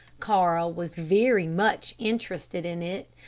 carl was very much interested in it.